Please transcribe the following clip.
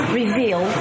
reveal